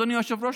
אדוני היושב-ראש,